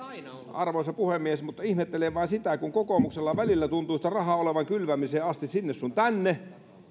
arvoisa puhemies ihmettelen vain sitä kun kokoomuksella välillä tuntuu sitä rahaa olevan sinne sun tänne kylvämiseen asti